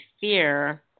fear